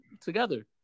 together